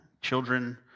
children